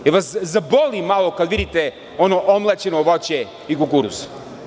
Da li vas zaboli malo kada vidite ono omlaćeno voće i kukuruz?